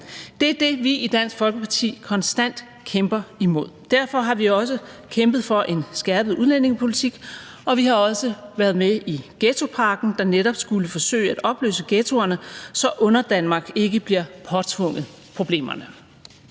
Det er det, vi i Dansk Folkeparti konstant kæmper imod. Derfor har vi også kæmpet for en skærpet udlændingepolitik, og vi har også været med i ghettopakken, der netop skulle forsøge at opløse ghettoerne, så Underdanmark ikke bliver påtvunget problemerne.